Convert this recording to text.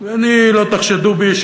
כל כך הרבה פרצות,